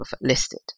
listed